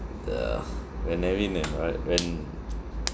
the when I went in right when